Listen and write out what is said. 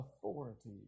authority